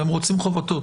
הם רוצים "לחובתו".